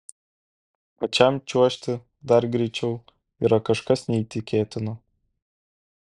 pačiam čiuožti dar greičiau yra kažkas neįtikėtino